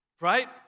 right